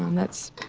that's.